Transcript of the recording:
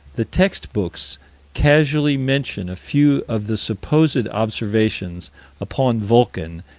the text-books casually mention a few of the supposed observations upon vulcan,